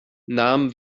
nahmen